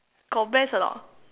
got breast or not